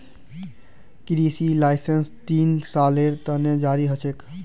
कृषि लाइसेंस तीन सालेर त न जारी ह छेक